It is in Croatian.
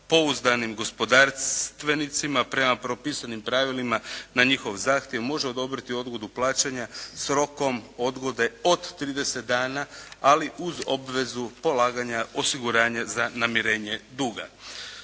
pouzdanim gospodarstvenicima prema propisanim pravilima na njihov zahtjev može odobriti odgodu plaćanja s rokom odgode od 30 dana, ali uz obvezu polaganja osiguranja za namirenje duga.